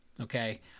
okay